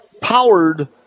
powered